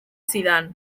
zidan